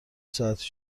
ساعتی